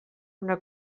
una